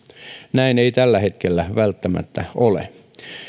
näin ei tällä hetkellä välttämättä ole